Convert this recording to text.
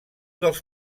dels